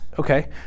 Okay